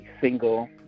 single